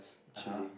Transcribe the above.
(uh huh)